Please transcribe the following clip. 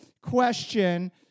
question